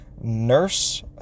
nurse